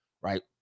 Right